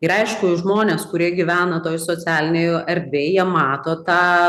ir aišku žmonės kurie gyvena toj socialinėj erdvėj jie mato tą